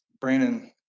brandon